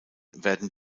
werden